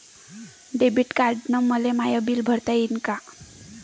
Debit कार्डानं मले my bill भरता येईन का?